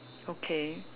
okay